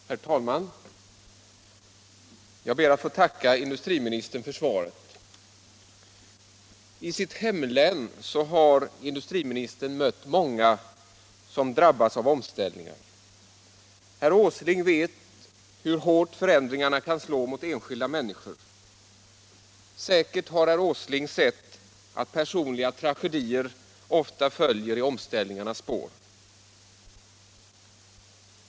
Herr talman! Jag ber att få tacka industriministern för svaret. I sitt hemlän har industriministern mött många som drabbats av omställningar i näringslivet. Herr Åsling vet hur hårt förändringar kan slå mot enskilda människor. Säkert har hérr Åsling sett att personliga tragedier ofta följer i omställningarnas spår.